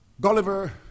Gulliver